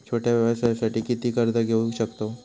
छोट्या व्यवसायासाठी किती कर्ज घेऊ शकतव?